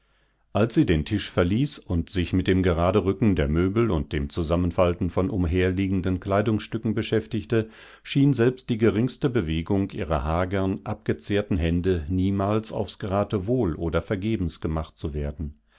als sie den tisch verließ und sich mit dem geraderücken der möbels und dem zusammenfalten von umherliegenden kleidungsstücke beschäftigte schien selbst die geringste bewegung ihrer hagern abgezehrten hände niemals aufs geratewohl oder vergebensgemachtzuwerden geräuschlos